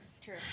True